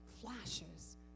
flashes